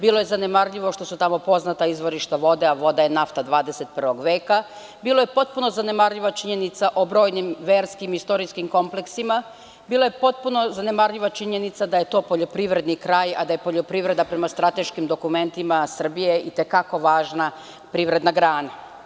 Bilo je zanemarljivo što su tamo poznata izvorišta vode, a voda je nafta 21. veka, bila je potpuno zanemarljiva čiljenica o brojnim, verskim i istorijskim kompleksima, bila je potpuno zanemarljiva činjenica da je to poljoprivredni kraj, a da je poljoprivreda prema strateškim dokumentima Srbije i te kako važna privredna grana.